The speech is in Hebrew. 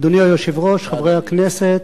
אדוני היושב-ראש, חברי הכנסת,